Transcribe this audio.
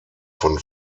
von